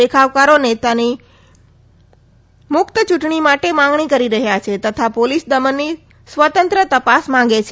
દેખાવકારો નેતાની મુકત ચૂંટણી માટે માગણી કરી રહ્યા છે તથા પોલીસ દમનની સ્વતંત્ર તપાસ માંગે છે